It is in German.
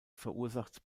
verursacht